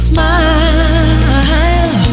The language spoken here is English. Smile